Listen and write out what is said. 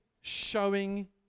showing